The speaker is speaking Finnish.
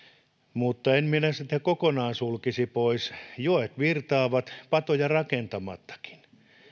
mutta en minä sitä kokonaan sulkisi pois joet virtaavat patoja rakentamattakin